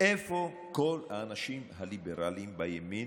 איפה כל האנשים הליברליים בימין,